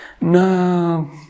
no